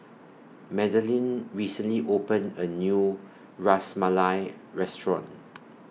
Madalynn recently opened A New Ras Malai Restaurant